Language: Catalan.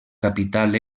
capital